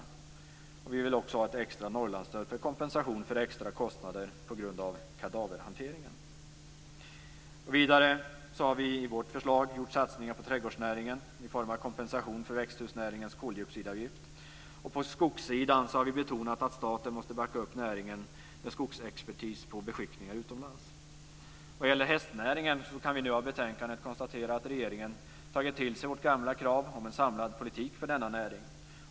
Det handlar också om att vi vill ha ett extra Norrlandsstöd som kompensation för extra kostnader på grund av kadaverhanteringen. I vårt förslag har vi vidare gjort satsningar på trädgårdsnäringen i form av kompensation för växthusnäringens koldioxidavgift. Och på skogssidan har vi betonat att staten måste backa upp näringen med skogsexpertis på beskickningar utomlands. Vad gäller hästnäringen kan vi nu av betänkandet konstatera att regeringen har tagit till sig vårt gamla krav på en samlad politik för denna näring.